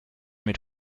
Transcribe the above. mit